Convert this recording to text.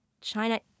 China